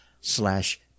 slash